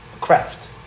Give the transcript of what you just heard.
Craft